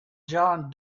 john